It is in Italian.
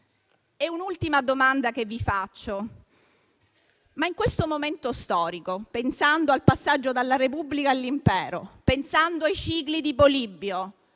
un'ultima domanda. In questo momento storico, pensando al passaggio dalla Repubblica all'impero, pensando ai cicli di Polibio,